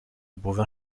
bovins